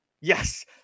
Yes